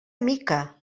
mica